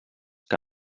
que